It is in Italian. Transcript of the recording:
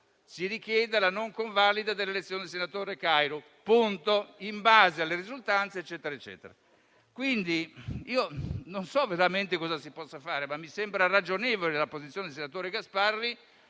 si richiede la non convalida dell'elezione del senatore Cario. In base alle risultanze (...). Quindi io non so veramente cosa si possa fare, ma mi sembra ragionevole la posizione del senatore Gasparri,